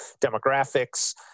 demographics